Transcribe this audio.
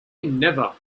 never